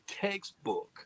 textbook